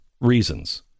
reasons